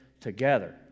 together